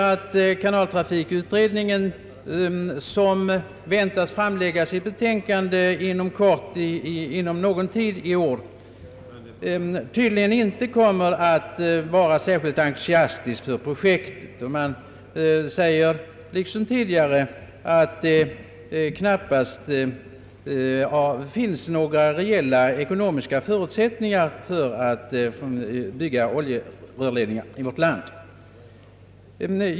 även kanaltrafikutredningen, som väntas framlägga sitt betänkande inom kort, lär inte vara särskilt entusiastisk för projektet. Man anser, liksom tidigare, inom denna att det knappast finns några reella ekonomiska förutsättningar för att bygga oljeledningar i vårt land.